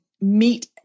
meet